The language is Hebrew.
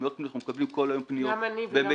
אנחנו מקבלים כל היום פניות במיילים,